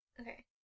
Okay